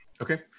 okay